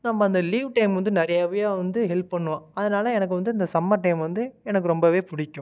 நம்ம அந்த leave time வந்து நிறையவே வந்து ஹெல்ப் பண்ணுவோம் அதனால எனக்கு வந்து இந்த சம்மர் டைம் வந்து எனக்கு ரொம்பவே பிடிக்கும்